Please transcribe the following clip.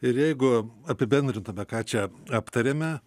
ir jeigu apibendrintume ką čia aptarėme